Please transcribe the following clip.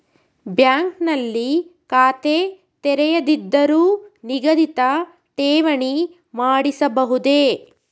Bank ನಲ್ಲಿ ಖಾತೆ ತೆರೆಯದಿದ್ದರೂ ನಿಗದಿತ ಠೇವಣಿ ಮಾಡಿಸಬಹುದೇ?